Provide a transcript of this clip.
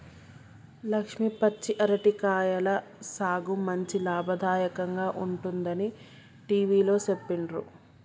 లక్ష్మి పచ్చి అరటి కాయల సాగు మంచి లాభదాయకంగా ఉంటుందని టివిలో సెప్పిండ్రు